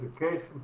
Education